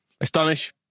Astonish